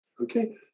okay